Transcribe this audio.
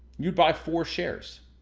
you'd buy four shares.